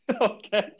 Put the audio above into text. Okay